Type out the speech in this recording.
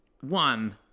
one